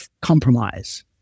compromise